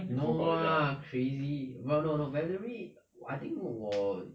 no lah crazy ver~ no no valerie I think 我